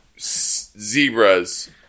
zebras